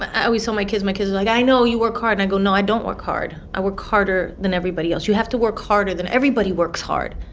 i always tell my kids my kids are like, i know you work hard. and i go, no, i don't work hard i work harder than everybody else. you have to work harder than everybody works hard.